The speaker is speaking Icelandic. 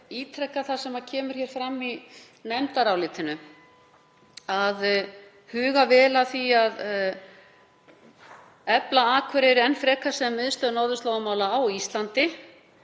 ítreka það sem kemur fram í nefndarálitinu að huga vel að því að efla Akureyri enn frekar sem miðstöð norðurslóðamála á Íslandi,